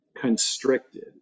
constricted